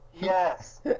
Yes